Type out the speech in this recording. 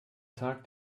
tag